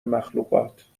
مخلوقات